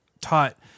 taught